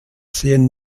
sehen